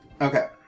Okay